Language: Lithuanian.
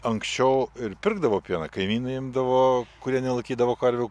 anksčiau ir pirkdavo pieną kaimynai imdavo kurie nelaikydavo karvių